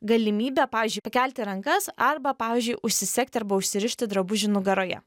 galimybę pavyzdžiui pakelti rankas arba pavyzdžiui užsisegti arba užsirišti drabužį nugaroje